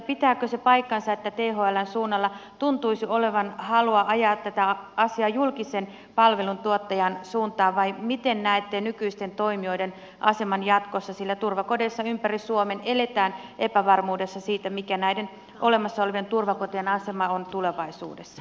pitääkö paikkansa että thln suunnalla tuntuisi olevan halua ajaa tätä asiaa julkisen palveluntuottajan suuntaan vai miten näette nykyisten toimijoiden aseman jatkossa sillä turvakodeissa ympäri suomen eletään epävarmuudessa siitä mikä näiden olemassa olevien turvakotien asema on tulevaisuudessa